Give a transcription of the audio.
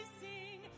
sing